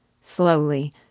Slowly